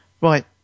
Right